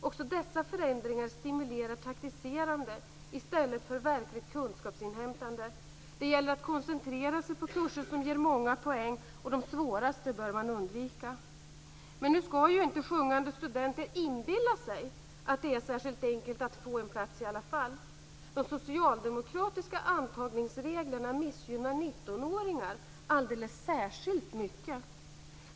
Också dessa förändringar stimulerar taktiserande i stället för verkligt kunskapsinhämtande. Det gäller att koncentrera sig på kurser som ger många poäng, och de svåraste bör man undvika. Men nu skall ju inte sjungande studenter inbilla sig att det är särskilt enkelt att få en plats i alla fall. De socialdemokratiska antagningsreglerna missgynnar 19-åringar alldeles särskilt mycket.